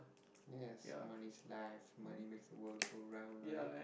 yes money's life money makes the world go round right